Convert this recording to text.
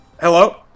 hello